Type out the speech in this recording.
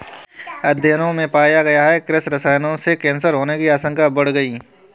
अध्ययनों में पाया गया है कि कृषि रसायनों से कैंसर होने की आशंकाएं बढ़ गई